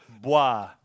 Bois